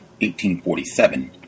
1847